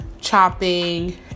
chopping